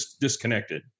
disconnected